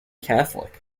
catholic